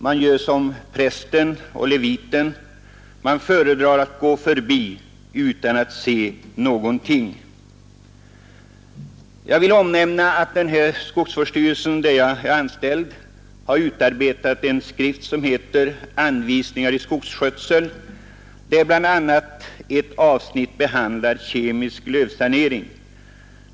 Man gör som prästen och leviten: man föredrar att gå förbi utan se någonting. Jag vill omnämna att den skogsvårdsstyrelse där jag är anställd har utarbetat en skrift som heter Anvisningar i skogsskötsel, där bl.a. ett avsnitt behandlar kemisk lövsanering.